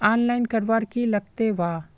Online करवार की लगते वा?